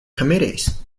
committees